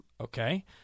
Okay